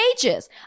pages